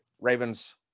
Ravens